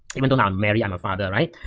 even though, now i'm married, i'm a father, right?